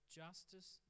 justice